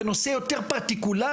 בנושא יותר פרטיקולרי,